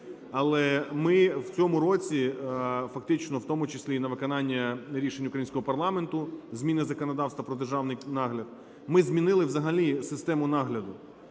але ми в цьому році фактично, в тому числі і на виконання рішень українського парламенту – зміни законодавства про державний нагляд, ми змінили взагалі систему нагляду.